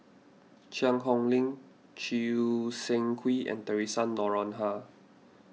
Cheang Hong Lim Choo Seng Quee and theresa Noronha